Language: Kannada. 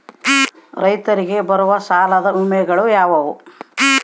ರೈತರಿಗೆ ಬರುವ ಸಾಲದ ವಿಮೆಗಳು ಯಾವುವು?